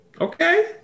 Okay